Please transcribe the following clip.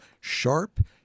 sharp